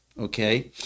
Okay